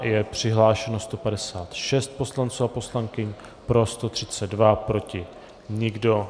Je přihlášeno 156 poslanců a poslankyň, pro 132, proti nikdo.